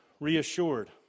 reassured